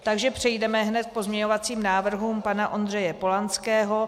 Takže přejdeme hned k pozměňovacím návrhům pana Ondřeje Polanského.